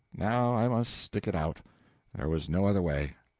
now i must stick it out there was no other way.